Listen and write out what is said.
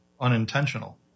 unintentional